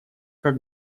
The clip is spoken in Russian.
как